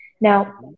Now